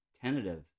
tentative